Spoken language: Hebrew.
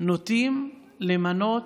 נוטים למנות,